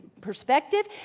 perspective